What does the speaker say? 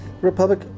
Republic